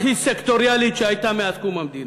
הכי סקטוריאלית שהייתה מאז קום המדינה.